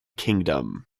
kingdom